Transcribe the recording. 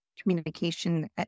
communication